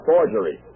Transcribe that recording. Forgery